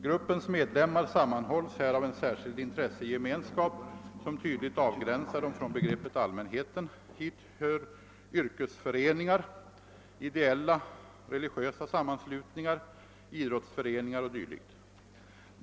Gruppens medlemmar sammanhålls här av en särskild intressegemenskap som tydligt avgränsar dem från begreppet allmänheten. Hit hör yrkesföreningar, ideella och religiösa sammanslutningar, idrottsföreningar o.d.